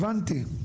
הבנתי.